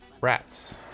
rats